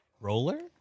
roller